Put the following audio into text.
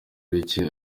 bike